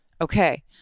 Okay